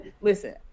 Listen